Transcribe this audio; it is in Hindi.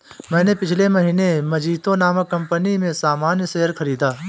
मैंने पिछले महीने मजीतो नामक कंपनी में सामान्य शेयर खरीदा